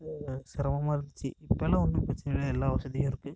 சிரமமாக இருந்துச்சு இப்போ ஆனால் ஒன்றும் பிரச்சனை கிடையாது எல்லா வசதியும் இருக்கு